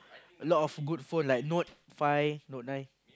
a lot of good phone like note five note nine